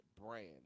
brand